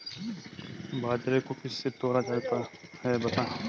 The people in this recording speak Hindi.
बाजरे को किससे तौला जाता है बताएँ?